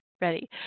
ready